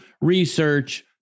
research